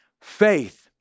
faith